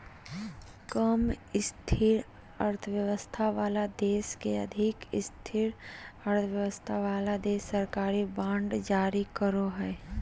कम स्थिर अर्थव्यवस्था वाला देश के अधिक स्थिर अर्थव्यवस्था वाला देश सरकारी बांड जारी करो हय